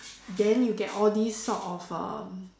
then you get all this sort of um